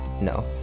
no